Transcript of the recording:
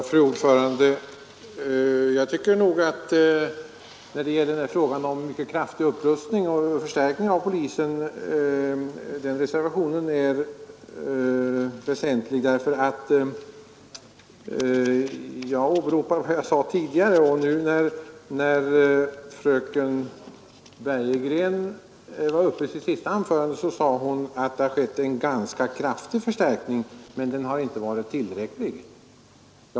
Fru talman! När det gäller reservation 12 och frågan om det har skett en mycket kraftig upprustning och förstärkning av polisen, vill jag åberopa vad jag sade tidigare. Fröken Bergegren sade nu i sitt senaste anförande att det skett en ganska kraftig förstärkning men att den inte varit tillräcklig.